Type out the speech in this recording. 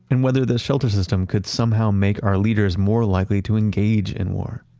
and whether these shelter systems could somehow make our leaders more likely to engage in war?